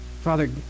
Father